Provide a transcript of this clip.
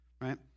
right